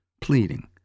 pleading